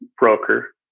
broker